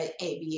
ABA